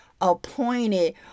appointed